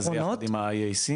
זה יחד עם ה-IAC?